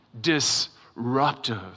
disruptive